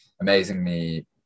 Amazingly